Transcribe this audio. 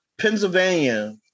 Pennsylvania